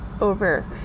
over